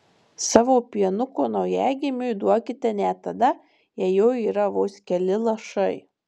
savo pienuko naujagimiui duokite net tada jei jo yra vos keli lašai